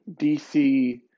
DC